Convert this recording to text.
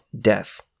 death